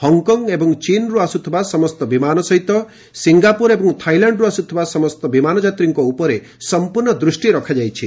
Hong Kong ଏବଂ ଚୀନରୁ ଆସୁଥିବା ସମସ୍ତ ବିମାନ ସହିତ ସିଙ୍ଗାପୁର ଏବଂ ଥାଇଲାଣ୍ଡରୁ ଆସୁଥିବା ସମସ୍ତ ବିମାନ ଯାତ୍ରୀଙ୍କ ଉପରେ ସମ୍ପୂର୍ଣ୍ଣ ଦୃଷ୍ଟି ରଖାଯାଇଛି